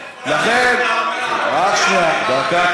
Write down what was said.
רק שנייה, דקה.